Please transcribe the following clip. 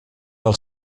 del